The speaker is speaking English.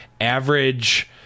average